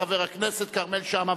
חבר הכנסת כרמל שאמה.